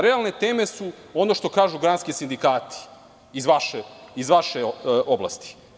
Realne teme su ono što kažu granski sindikati iz vaše oblasti.